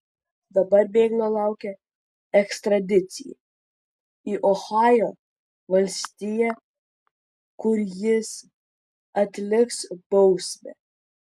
dabar bėglio laukia ekstradicija į ohajo valstiją kur jis atliks bausmę